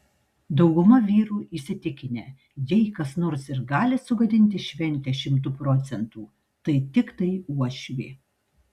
dauguma vyrų įsitikinę jei kas nors ir gali sugadinti šventę šimtu procentų tai tiktai uošvė